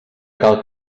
cal